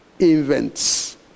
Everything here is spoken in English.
events